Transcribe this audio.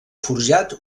forjat